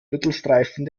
mittelstreifen